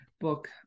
book